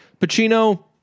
Pacino